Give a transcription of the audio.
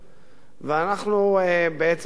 ואנחנו בעצם דורשים,